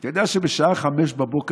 אתה יודע שבשעה 05:00,